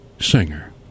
singer